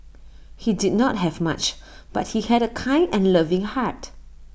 he did not have much but he had A kind and loving heart